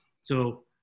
So-